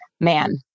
man